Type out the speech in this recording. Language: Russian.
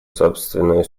собственную